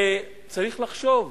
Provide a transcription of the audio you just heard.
וצריך לחשוב,